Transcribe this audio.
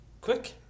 Quick